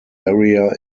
area